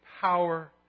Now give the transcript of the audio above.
power